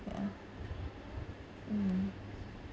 yeah mm